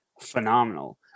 phenomenal